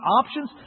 options